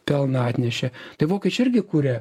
pelną atnešė tai vokiečiai irgi kūrė